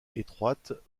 étroites